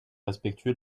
respectueux